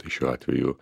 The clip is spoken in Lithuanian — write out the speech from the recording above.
tai šiuo atveju